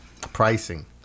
pricing